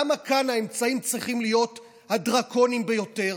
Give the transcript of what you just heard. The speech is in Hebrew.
למה כאן האמצעים צריכים להיות הדרקוניים ביותר?